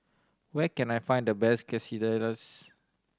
where can I find the best Quesadillas